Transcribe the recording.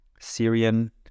Syrian